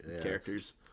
characters